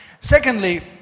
Secondly